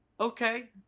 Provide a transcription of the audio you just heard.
Okay